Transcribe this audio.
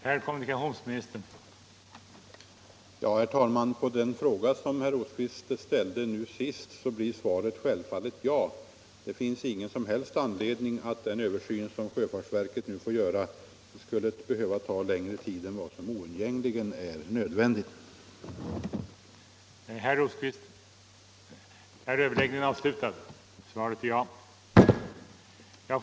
Nr 142 Herr talman! På den fråga som herr Rosqvist ställde sist blir svaret Måndagen den självfallet ja. Det finns ingen som helst anledning att den översyn sjö 31 maj 1976 fartsverket skall göra får ta längre tid än oundgängligen nödvändigt. — Om övergång till Överläggningen var härmed slutad.